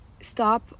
stop